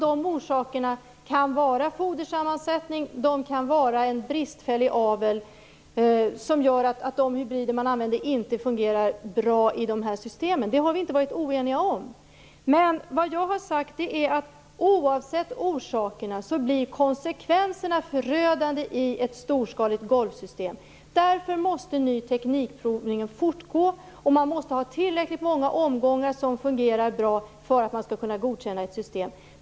De orsakerna kan vara fodersammansättning eller en bristfällig avel som gör att de hybrider man använder inte fungerar bra i de här systemen. Det har vi inte varit oeniga om. Men vad jag har sagt är att konsekvenserna, oavsett orsakerna, blir förödande i ett storskaligt golvsystem. Därför måste nyteknikprovningen fortgå, och man måste ha tillräckligt många omgångar som fungerar bra för att kunna godkänna ett system.